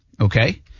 okay